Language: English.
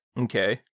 Okay